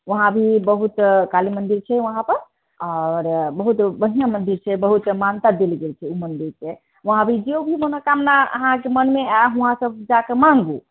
वहाँ भी बहुत काली मन्दिर छै वहाँ पर आओर बहुत बढ़िआँ मन्दिर छै बहुत मानता देल गेल छै ओहि मन्दिरके वहाँ भी जे ओ भी मनोकामना अहाँकेँ मनमे अए हुआँ पर जाके माङ्गू